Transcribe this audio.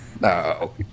No